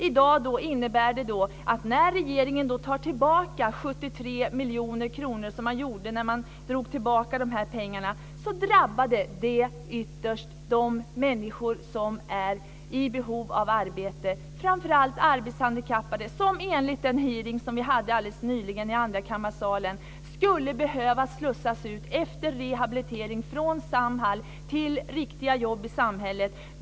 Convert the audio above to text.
I dag innebär det att när regeringen tog tillbaka 73 miljoner kronor, som man gjorde när man drog tillbaka de här pengarna, drabbade det ytterst de människor som är i behov av arbete, framför allt arbetshandikappade. Enligt den hearing som vi hade nyligen i andrakammarsalen skulle de arbetshandikappade efter rehabilitering behöva slussas ut från Samhall till riktiga jobb i samhället.